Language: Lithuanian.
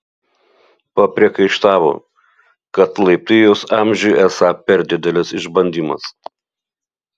papriekaištavo kad laiptai jos amžiui esą per didelis išbandymas